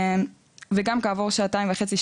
וגם כעבור שעתיים וחצי,